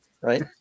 Right